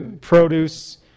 produce